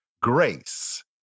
Grace